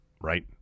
right